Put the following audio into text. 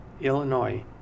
Illinois